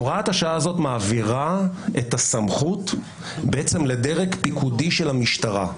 הוראת השעה הזאת מעבירה את הסמכות לדרג פיקודי של המשטרה.